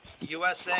USA